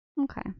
Okay